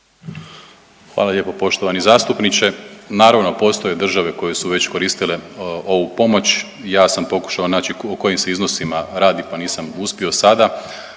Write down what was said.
Hvala lijepo poštovani zastupniče. Naravno, postoje države koje su već koristile ovu pomoć. Ja sam pokušao naći o kojim se iznosima radi, pa nisam uspio sada,